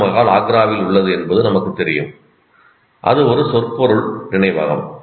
தாஜ்மஹால் ஆக்ராவில் உள்ளது என்பது நமக்குத் தெரியும் அது ஒரு சொற்பொருள் நினைவகம்